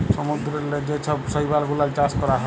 সমুদ্দূরেল্লে যে ছব শৈবাল গুলাল চাষ ক্যরা হ্যয়